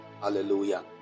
Hallelujah